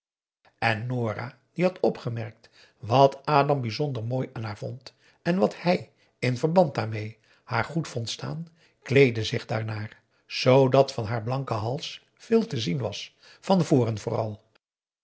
en nora die had opgemerkt wat adam bijzonder mooi aan haar vond en wat hij in verband daarmee haar goed vond staan kleedde zich daarnaar zoodat van haar blanken hals veel te zien was van voren vooral